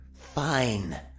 fine